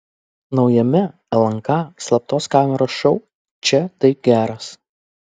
naujame lnk slaptos kameros šou čia tai geras